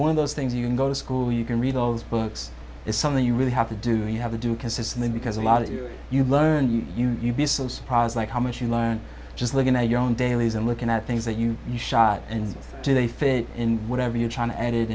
one of those things you can go to school you can read those books it's something you really have to do and you have to do it consistently because a lot of you you learn you you'd be so surprised like how much you learn just looking at your own dailies and looking at things that you shot and do they fit in whatever you're trying and it